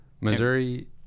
missouri